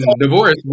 Divorce